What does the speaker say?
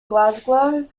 glasgow